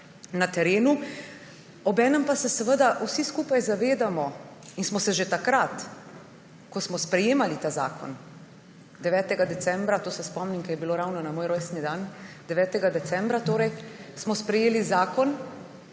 na terenu. Obenem pa se vsi skupaj zavedamo − in smo se že takrat, ko smo sprejemali ta zakon 9. decembra, tega se spomnim, ker je bilo ravno na moj rojstni dan. 9. decembra smo torej sprejeli Zakon